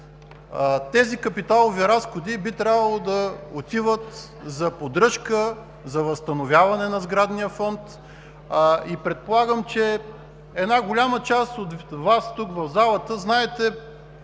Тези капиталови разходи би трябвало да отидат за поддръжка, за възстановяване на сградния фонд и предполагам, че една голяма част от Вас тук в залата знаете